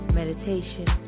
meditation